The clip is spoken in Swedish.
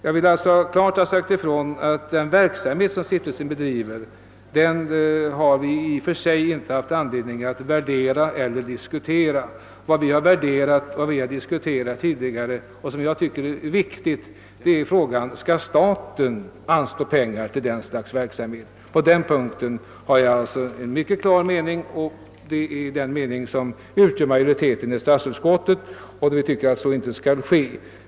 Jag vill alltså klart säga ifrån att den verksamhet :som :stiftelsen bedriver har utskottet inte: haft anledning: att vare sig värdera eller diskutera. Vad vi har värderat och diskuterat tidigare och vad som enligt min mening är viktigt är frågan: Skall staten anslå pengar till verksamhet av det här slaget? På den punkten har jag en mycket klar mening, nämligen den som majoriteten i statsutskottet står bakom: vi tycker att staten inte skall göra det.